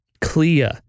clear